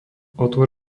otvor